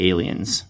Aliens